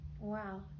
Wow